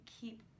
keep